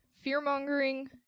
fear-mongering